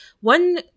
one